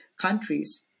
countries